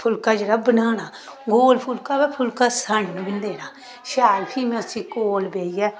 फुलका जेह्ड़ा बनाना गोल फुलका होऐ ते फुलका शडन बी नेईं देना शैल फ्ही में उसी कल्ल बैहियै